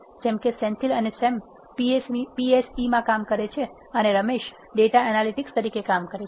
જેમ કે સેન્થીલ અને સેમ PSE માં કામ કરે છે અને રમેશ ડેટા એનાલીટીક્સ તરીકે કામ કરે છે